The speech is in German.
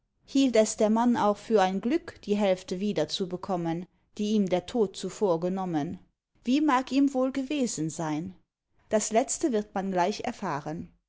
hielt es der mann auch für ein glück die hälfte wiederzubekommen die ihm der tod zuvor genommen wie mag ihm wohl gewesen sein das letzte wird man gleich erfahren